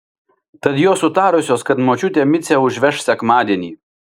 tad jos sutarusios kad močiutė micę užveš sekmadienį